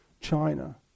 China